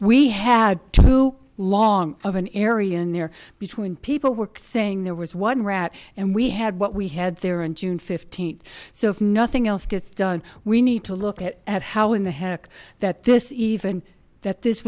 we had too long of an area in there between people work saying there was one rat and we had what we had there on june fifteenth so if nothing else gets done we need to look at at how in the heck that this even that this